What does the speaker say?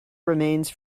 remains